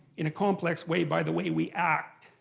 in a complex way, by the way we act.